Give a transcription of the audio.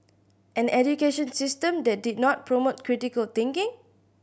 an education system that did not promote critical thinking